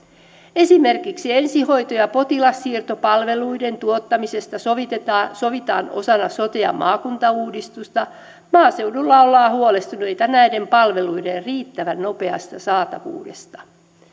esimerkiksi ensihoito ja potilassiirtopalveluiden tuottamisesta sovitaan sovitaan osana sote ja maakuntauudistusta maaseudulla ollaan huolestuneita näiden palveluiden riittävän nopeasta saatavuudesta